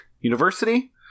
University